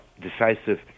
decisive